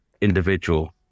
individual